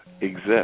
exist